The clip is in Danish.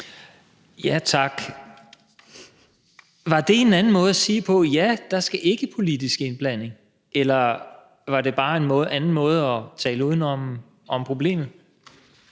(V): Tak. Var det en anden måde at sige på: Ja, der skal ikke være politisk indblanding? Eller var det bare en anden måde at tale uden om problemet